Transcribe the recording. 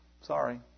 sorry